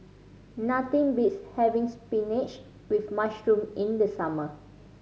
nothing beats having spinach with mushroom in the summer